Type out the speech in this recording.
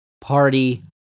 Party